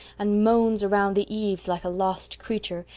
and moans around the eaves like a lost creature,